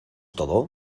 todo